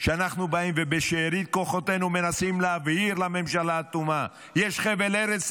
שאנחנו באים ובשארית כוחותינו מנסים להבהיר לממשלה האטומה: יש חבל ארץ,